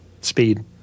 Speed